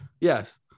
yes